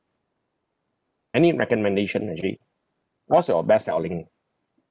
any recommendation ah actually what's your best selling